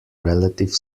relative